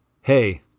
hey